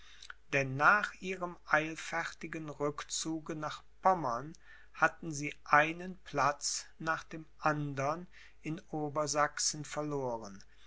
denn nach ihrem eilfertigen rückzuge nach pommern hatten sie einen platz nach dem andern in obersachsen verloren